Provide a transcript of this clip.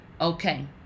okay